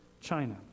China